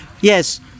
Yes